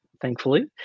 thankfully